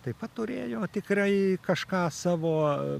taip pat turėjo tikrai kažką savo